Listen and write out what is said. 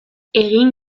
egin